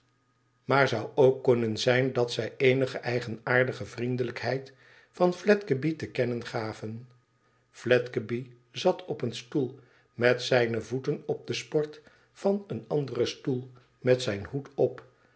maar zou ook kunnen zijn dat zij eenige eigenaardige vriendelijkheid van fledgeby te kennen gaven fledgeby zat op een stoel met zijne voeten op de sport van een anderen stoel met zijn hoed op